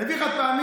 אביא לך חד-פעמי,